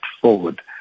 forward